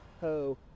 ho